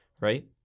right